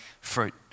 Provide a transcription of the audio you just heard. fruit